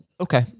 Okay